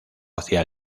hacia